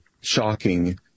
shocking